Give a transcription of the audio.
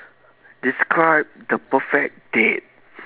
describe the perfect date